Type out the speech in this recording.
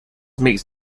makes